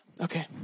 Okay